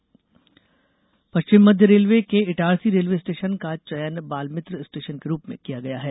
बालमित्र station पश्चिम मध्य railway के ईटारसी रेलवे स्टेशन का चयन बालमित्र स्टेशन के रूप में किया गया है